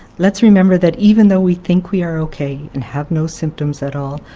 let's remember that even though we think we are ok and have no symptoms at all,